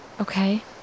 Okay